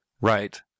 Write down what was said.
right